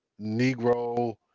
Negro